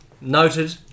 Noted